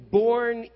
born